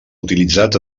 utilitzat